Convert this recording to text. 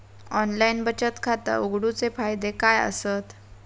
Online बचत खाता उघडूचे फायदे काय आसत?